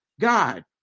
God